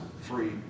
free